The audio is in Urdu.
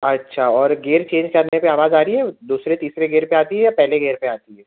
اچھا اور گیئر چینج کرنے پہ آواز آ رہی ہے دوسرے تیسرے گیئر پہ آتی ہے یا پہلے گیئر پہ آتی ہے